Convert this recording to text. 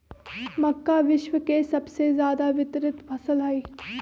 मक्का विश्व के सबसे ज्यादा वितरित फसल हई